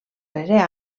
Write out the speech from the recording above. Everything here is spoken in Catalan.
rere